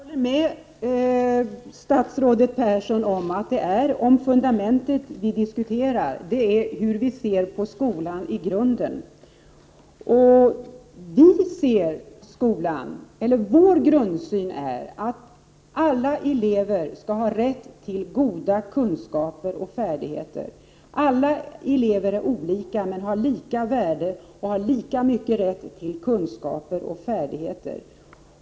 Herr talman! Jag håller med statsrådet Persson om att det är fundamentet vi diskuterar, hur vi ser på skolan i grunden. Vår grundsyn är att alla elever skall ha rätt till goda kunskaper och färdigheter. Alla elever är olika men har lika värde och lika stor rätt till kunskaper och färdigheter.